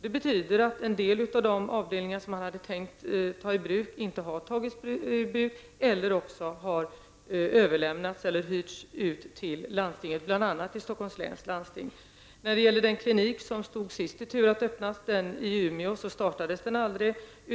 Det betyder att en del av de avdelningar som man hade tänkt ta i bruk inte har tagits i bruk eller också har överlämnats eller hyrts ut till landstingen, bl.a. i Stockholms län. Den klinik som sist stod i tur att öppnas -- den i Umeå -- startades aldrig.